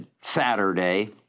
Saturday